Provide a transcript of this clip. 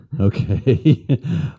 Okay